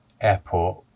airport